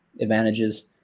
advantages